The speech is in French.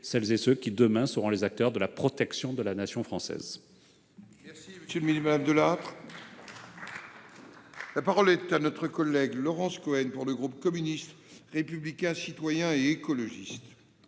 celles et ceux qui, demain, seront les acteurs de la protection de la nation française.